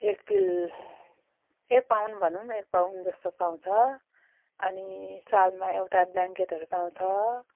एक पिल एक पाउन्ड भनौँ न एक पाउन्ड जस्तो पाउँछ अनि सालमा एउटा ब्ल्याङकेटहरू पाउँछ